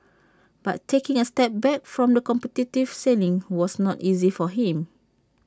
but taking A step back from the competitive sailing was not easy for him